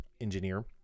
engineer